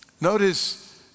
Notice